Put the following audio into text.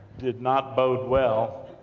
did not bode well,